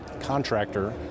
contractor